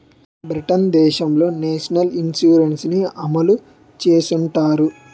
Britain దేశంలో national insurance ని అమలు చేస్తుంటారు